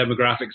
demographics